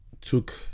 took